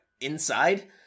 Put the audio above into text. inside